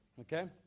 okay